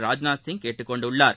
ராஜ்நாத்சிங் கேட்டுக் கொண்டுள்ளார்